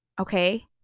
okay